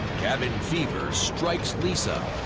cabin fever strikes lisa.